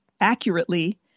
accurately